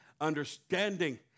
understanding